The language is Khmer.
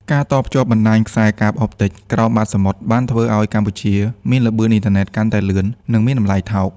ការតភ្ជាប់បណ្ដាញខ្សែកាបអុបទិកក្រោមបាតសមុទ្របានធ្វើឱ្យកម្ពុជាមានល្បឿនអ៊ីនធឺណិតកាន់តែលឿន និងតម្លៃថោក។